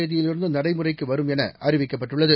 தேதியிலிருந்து நடைமுறைக்கு வரும் என அறிவிக்கப்பட்டுள்ளது